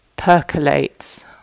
Percolates